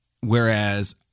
Whereas